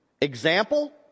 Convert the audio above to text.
Example